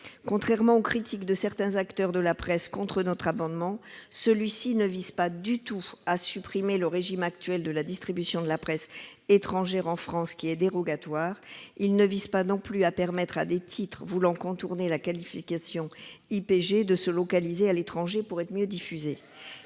Contrairement aux critiques de certains acteurs de la presse contre notre amendement, celui-ci ne vise pas du tout à supprimer le régime actuel de distribution de la presse étrangère en France, qui est dérogatoire. Il ne tend pas non plus à permettre à des titres voulant contourner la qualification IPG de se localiser à l'étranger pour être mieux diffusés.